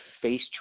face